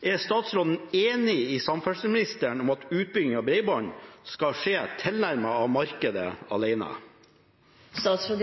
Er statsråden enig med samferdselsministeren i at utbygging av bredbånd skal skje tilnærmet av markedet alene? Jeg